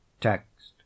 Text